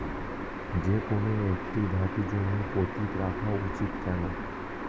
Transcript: যেকোনো একটি ঋতুতে জমি পতিত রাখা উচিৎ কেন?